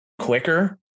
quicker